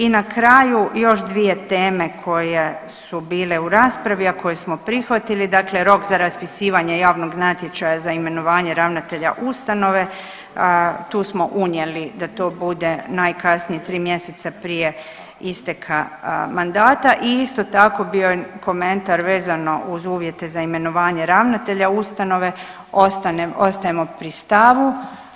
I na kraju još dvije teme koje su bile u raspravi, a koje smo prihvatili, dakle rok za raspisivanje javnog natječaja za imenovanje ravnatelja ustanove, tu smo unijeli da to bude najkasnije 3 mjeseca prije isteka mandata i isto tako bio je komentar vezano uz uvjete za imenovanje ravnatelja ustanove, ostajemo pri stavu